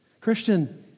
Christian